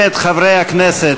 ומכיוון שזה ראש הממשלה,